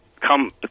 come